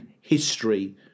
history